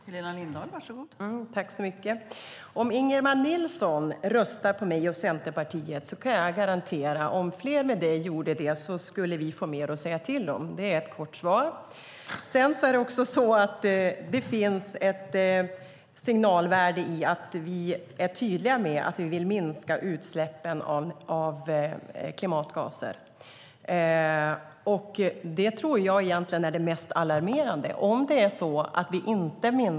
Fru talman! Om Ingemar Nilsson och flera med honom skulle rösta på mig och Centerpartiet kan jag garantera att vi skulle få mer att säga till om. Det är ett kort svar. Det finns ett signalvärde i att vi är tydliga med att vi vill minska utsläppen av klimatgaser. Det tror jag egentligen är det mest alarmerande.